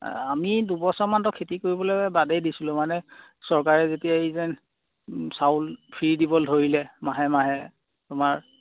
আমি দুবছৰমানতো খেতি কৰিবলৈ বাদেই দিছিলোঁ মানে চৰকাৰে যেতিয়া এই যেন চাউল ফ্ৰী দিবলৈ ধৰিলে মাহে মাহে তোমাৰ